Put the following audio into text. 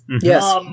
Yes